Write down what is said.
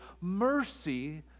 mercy